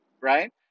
right